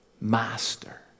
Master